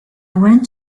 went